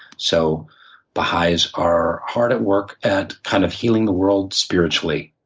so baha'is are hard at work at kind of healing the world spiritually,